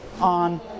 on